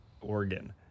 oregon